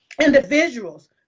individuals